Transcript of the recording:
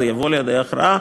זה יבוא לידי הכרעה.